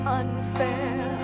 unfair